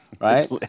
right